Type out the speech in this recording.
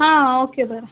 आ okay बरें